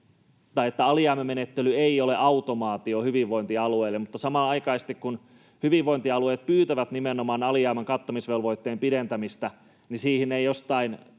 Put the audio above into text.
että alijäämämenettely ei ole automaatio hyvinvointialueille. Samanaikaisesti kun hyvinvointialueet pyytävät nimenomaan alijäämän kattamisvelvoitteen pidentämistä, niin siihen ei jostain